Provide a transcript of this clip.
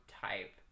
type